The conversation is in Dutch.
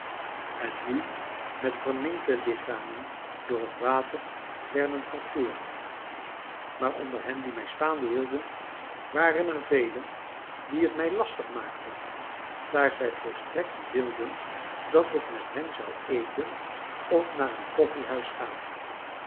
en nu met verminkte lichamen door het water werden verteerd maar onder hen die mij staande hielden waren er velen die het mij lastig maakten daar zij volstrekt wilden dat ik met hen zou eten of naar een koffiehuis gaan